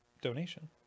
donation